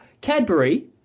Cadbury